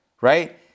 right